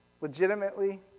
Legitimately